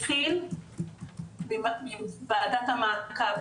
התחיל מוועדת המעקב,